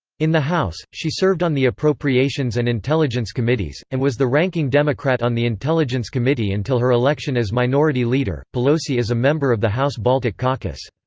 in the house, she served on the appropriations and intelligence committees, and was the ranking democrat on the intelligence committee until her election as minority leader pelosi is a member of the house baltic caucus.